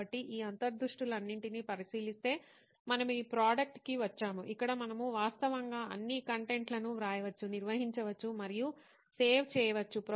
కాబట్టి ఈ అంతర్దృష్టులన్నింటినీ పరిశీలిస్తే మనము ఈ ప్రోడక్ట్ కి వచ్చాము ఇక్కడ మనము వాస్తవంగా అన్ని కంటెంట్లను వ్రాయవచ్చు నిర్వహించవచ్చు మరియు సేవ్ చేయవచ్చు